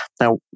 Now